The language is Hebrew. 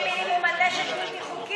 על עונשי מינימום על הנשק הבלתי-חוקי?